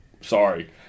sorry